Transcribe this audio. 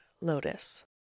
Lotus